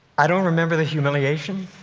i don't remember the humiliation.